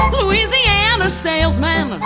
louisiana salesmen.